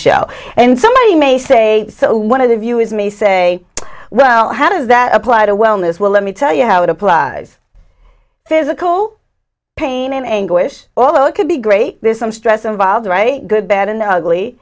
show and somebody may say so one of the view is may say well how does that apply to wellness well let me tell you how it applies physical pain and anguish although it could be great there's some stress involved good bad and